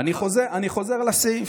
אני חוזר לסעיף: